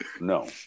no